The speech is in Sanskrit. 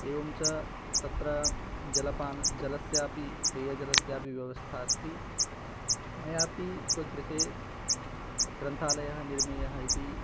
एवं च तत्र जलपान जलस्यापि पेयजलस्यापि व्यवस्था अस्ति मयापि स्वगृहे ग्रन्थालयः निर्मीयः इति